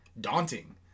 daunting